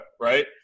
right